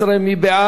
מי נגד?